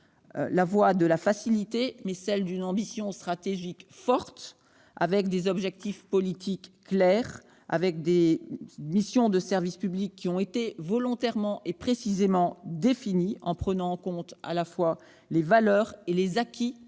la voie de la facilité, mais celle d'une ambition stratégique forte, avec des objectifs politiques clairs. Oui ! Les missions de service public du nouvel établissement ont été volontairement et précisément définies, en prenant en compte à la fois les valeurs et les acquis de cet